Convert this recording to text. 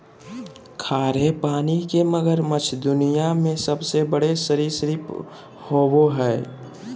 खारे पानी के मगरमच्छ दुनिया में सबसे बड़े सरीसृप होबो हइ